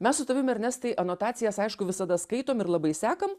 mes su tavim ernestai anotacijas aišku visada skaitom ir labai sekam